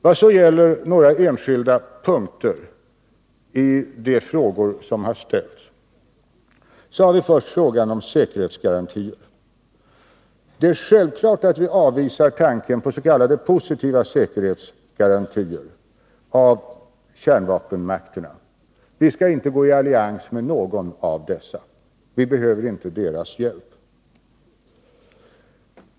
Vad sedan gäller några enskilda punkter i samband med de frågor som har ställts har vi först frågan om säkerhetsgarantier. Självfallet avvisar vi tanken pås.k. positiva säkerhetsgarantier från kärnvapenmakterna. Vi skall inte gå i allians med någon av dessa. Vi behöver inte deras hjälp.